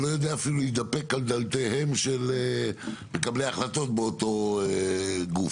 שלא יודע אפילו להידפק על דלתותיהם של מקבלי החלטות באותו גוף.